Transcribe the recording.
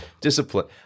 discipline